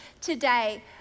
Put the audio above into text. today